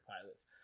pilots